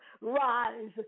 rise